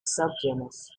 subgenus